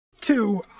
Two